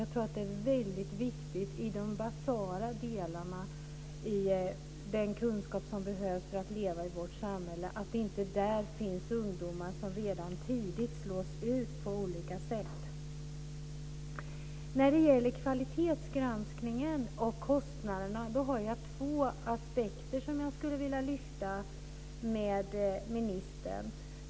Jag tror att det är väldigt viktigt när det gäller de basala delarna i de kunskaper som behövs för att leva i vårt samhälle att det inte finns ungdomar som redan tidigt slås ut på olika sätt. När det gäller kvalitetsgranskningen och kostnaderna är det två frågor som jag skulle vilja ta upp med ministern.